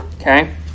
Okay